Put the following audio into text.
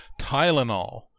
Tylenol